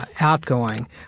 outgoing